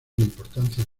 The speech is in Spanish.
importancia